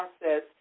process